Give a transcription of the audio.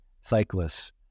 cyclists